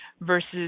versus